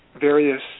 various